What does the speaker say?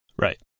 Right